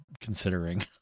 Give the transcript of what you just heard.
considering